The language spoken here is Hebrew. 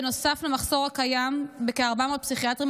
בנוסף למחסור הקיים בכ-400 פסיכיאטרים,